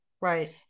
Right